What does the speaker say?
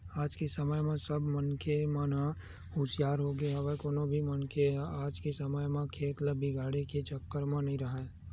आज के समे म सब मनखे मन ह हुसियार होगे हवय कोनो भी मनखे ह आज के समे म खेत ल बिगाड़े के चक्कर म नइ राहय